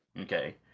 Okay